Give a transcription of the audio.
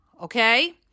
okay